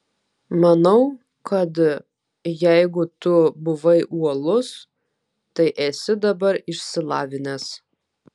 manau kad jeigu tu buvai uolus tai esi dabar išsilavinęs